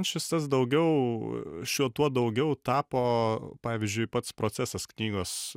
šis tas daugiau šiuo tuo daugiau tapo pavyzdžiui pats procesas knygos